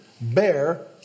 bear